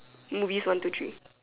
movies one two three